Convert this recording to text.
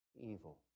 evil